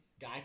Guy